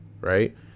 right